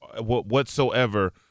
whatsoever